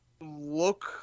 look